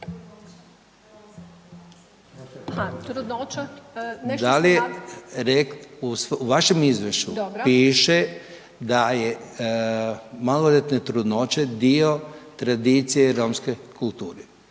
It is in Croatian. u vašem izvješću piše da je maloljetne trudnoće dio tradicije romske kulture,